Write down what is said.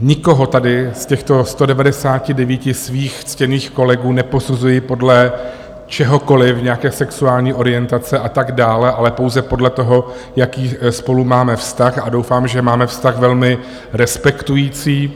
Nikoho tady z těchto 199 svých ctěných kolegů neposuzuji podle čehokoliv, nějaké sexuální orientace a tak dále, ale pouze podle toho, jaký spolu máme vztah, a doufám, že máme vztah velmi respektující.